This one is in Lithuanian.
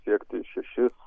siekti šešis